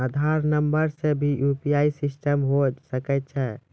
आधार नंबर से भी यु.पी.आई सिस्टम होय सकैय छै?